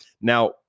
Now